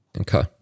Okay